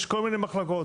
יש כל מיני מחלקות.